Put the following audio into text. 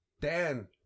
Dan